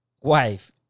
wife